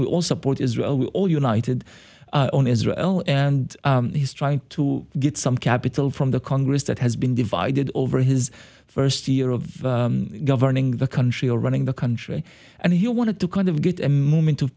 we all support israel we're all united on israel and he's trying to get some capital from the congress that has been divided over his first year of governing the country or running the country and he wanted to kind of get a moment